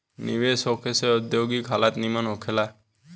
निवेश होखे से औद्योगिक हालत निमन होखे ला